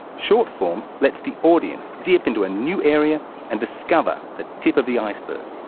short-form lets the audience dip into a new area and discover the tip of the iceberg.